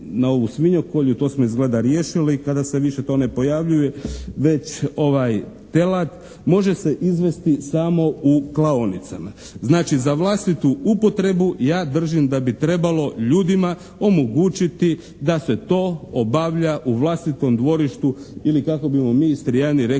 na ovu svinjokolju, to smo izgleda riješili. Kada se više to ne pojavljuje već telad može se izvesti samo u klaonicama. Znači za vlastitu upotrebu ja držim da bi trebalo ljudima omogućiti da se to obavlja u vlastitom dvorištu ili kako bismo mi Istrijani rekli